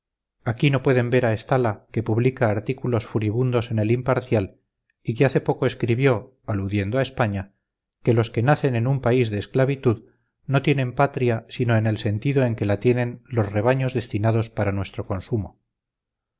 aquí no pueden ver a estala que publica artículos furibundos en el imparcial y hace poco escribió aludiendo a españa que los que nacen en un país de esclavitud no tienen patria sino en el sentido en que la tienen los rebaños destinados para nuestro consumo